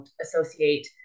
associate